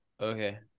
Okay